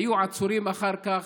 היו עצורים אחר כך,